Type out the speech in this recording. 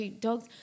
dogs